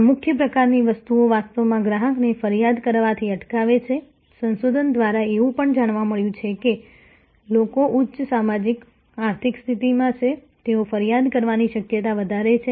આ મુખ્ય પ્રકારની વસ્તુઓ વાસ્તવમાં ગ્રાહકને ફરિયાદ કરવાથી અટકાવે છે સંશોધન દ્વારા એવું પણ જાણવા મળ્યું છે કે જે લોકો ઉચ્ચ સામાજિક આર્થિક સ્થિતિમાં છે તેઓ ફરિયાદ કરવાની શક્યતા વધારે છે